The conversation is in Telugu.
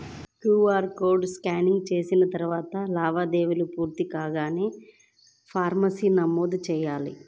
క్యూఆర్ కోడ్ స్కానింగ్ చేసిన తరువాత లావాదేవీ పూర్తి కాడానికి పాస్వర్డ్ను నమోదు చెయ్యాలి